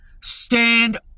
stand